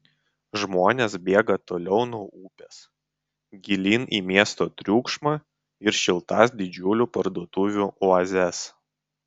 žmonės bėga toliau nuo upės gilyn į miesto triukšmą ir šiltas didžiulių parduotuvių oazes